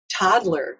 toddler